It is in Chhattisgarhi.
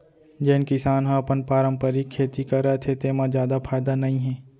जेन किसान ह अपन पारंपरिक खेती करत हे तेमा जादा फायदा नइ हे